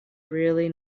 really